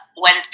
went